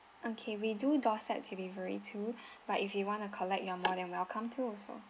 okay we do doorstep delivery too but if you wanna collect you're more than welcome to so